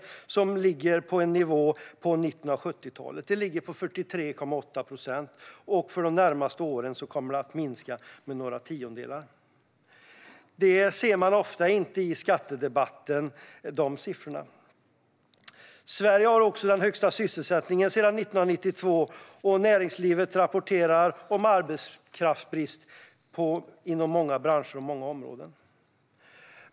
Det ligger på samma nivå som vid mitten av 1970-talet: 43,8 procent. De närmaste åren kommer det att minska med några tiondelar. De siffrorna ser man inte ofta i skattedebatten. Sverige har också den högsta sysselsättningen sedan 1992, och näringslivet rapporterar om arbetskraftsbrist inom många branscher och på många områden.